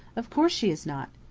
of course she is not.